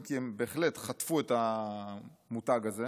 אם כי הם בהחלט חטפו את המותג הזה,